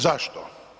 Zašto?